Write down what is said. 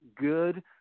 good